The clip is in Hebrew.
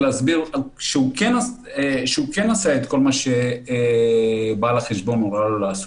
ולהסביר שהוא כן עשה את כל מה שבעל החשבון הורה לו לעשות.